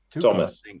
Thomas